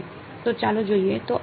તો ચાલો જોઈએ તો આપણે શું કરવું જોઈએ